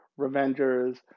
Revengers